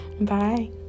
Bye